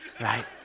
right